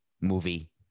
movie